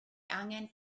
angen